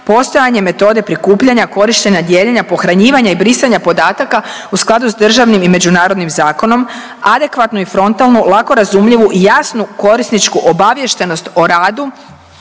postojanje metode prikupljanja, korištenja, dijeljenja, pohranjivanja i brisanja podataka u skladu s državnim i međunarodnim zakonom, adekvatno i frontalno lako razumljivu i jasnu korisničku obaviještenost o radu